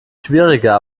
schwieriger